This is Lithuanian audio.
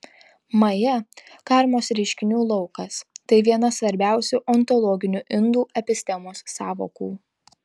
maja karmos reiškinių laukas tai viena svarbiausių ontologinių indų epistemos sąvokų